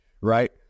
right